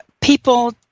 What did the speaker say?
people